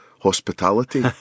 hospitality